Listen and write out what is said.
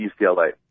UCLA